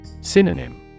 Synonym